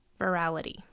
virality